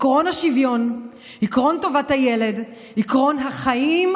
עקרון השוויון, עקרון טובת הילד, עקרון החיים,